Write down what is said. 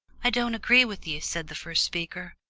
i don't agree with you, said the first speaker.